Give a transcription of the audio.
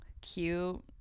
cute